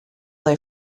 they